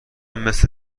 مثل